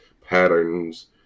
patterns